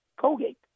Colgate